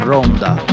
Ronda